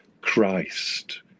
Christ